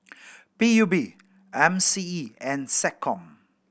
P U B M C E and SecCom